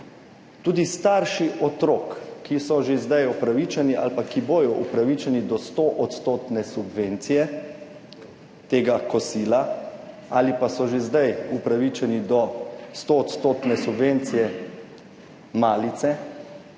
Tudi starši otrok, ki so že zdaj upravičeni ali pa ki bodo upravičeni do 100 % subvencije kosila ali pa so že zdaj upravičeni do 100 % subvencije malice,